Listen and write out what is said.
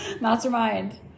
Mastermind